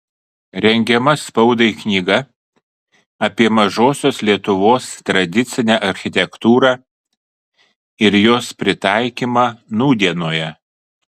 rengiama spaudai knyga apie mažosios lietuvos tradicinę architektūrą ir jos pritaikymą nūdienoje